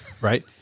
right